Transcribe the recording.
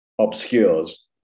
Obscures